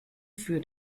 für